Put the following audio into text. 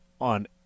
on